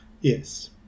Yes